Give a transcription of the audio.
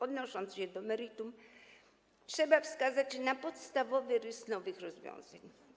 Odnosząc się do meritum, trzeba wskazać na podstawowy rys nowych rozwiązań.